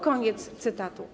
Koniec cytatu.